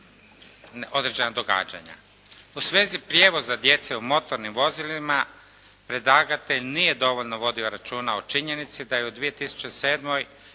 određena događanja. U svezi prijevoza djece u motornim vozilima predlagatelj nije dovoljno vodio računa o činjenici da je u 2007.